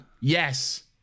Yes